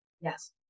Yes